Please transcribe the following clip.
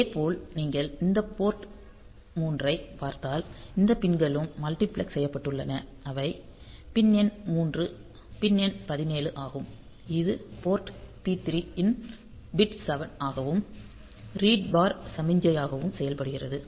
இதேபோல் நீங்கள் இந்த போர்ட் 3 ஐப் பார்த்தால் இந்த பின் களும் மல்டிபிளெக்ஸ் செய்யப்பட்டுள்ளன அவை பின் எண் 3 பின் எண் 17 ஆகும் இது போர்ட் பி 3 இன் பிட் 7 ஆகவும் ரீட் பார் சமிஞ்சையாகவும் செயல்படுகிறது